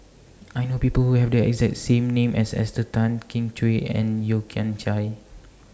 I know People Who Have The exact same name as Esther Tan Kin Chui and Yeo Kian Chai